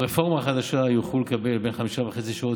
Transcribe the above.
ברפורמה החדשה יוכלו לקבל בין 5.5 שעות